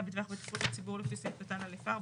בטווח בטיחות לציבור לפי סעיף קטן (א)(4),